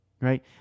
Right